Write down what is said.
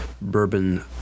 bourbon